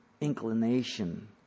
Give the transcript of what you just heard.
inclination